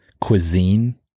cuisine